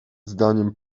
zdaniem